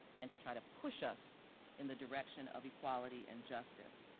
and to try to push us in the direction of equality and justice.